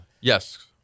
Yes